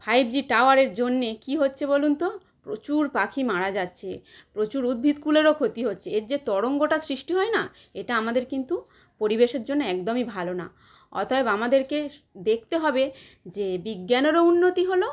five G টাওয়ারের জন্যে কী হচ্ছে বলুন তো প্রচুর পাখি মারা যাচ্ছে প্রচুর উদ্ভিদকুলেরও ক্ষতি হচ্ছে এর যে তরঙ্গটা সৃষ্টি হয় না এটা আমাদের কিন্তু পরিবেশের জন্যে একদমই ভালো না অতএব আমাদেরকে দেখতে হবে যে বিজ্ঞানেরও উন্নতি হলো